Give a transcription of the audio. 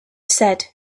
said